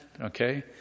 okay